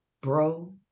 bro